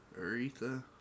Aretha